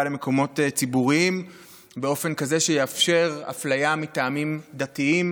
למקומות ציבוריים באופן כזה שיאפשר אפליה מטעמים דתיים.